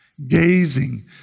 gazing